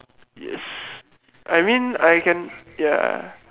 yes I mean I can ya